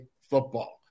football